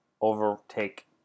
overtake